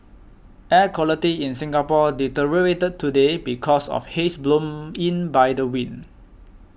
air quality in Singapore deteriorated today because of haze blown in by the wind